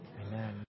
Amen